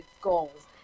goals